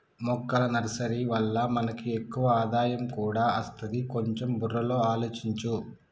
మొక్కల నర్సరీ వల్ల మనకి ఎక్కువ ఆదాయం కూడా అస్తది, కొంచెం బుర్రలో ఆలోచించు